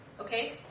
Okay